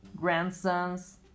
grandsons